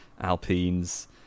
Alpines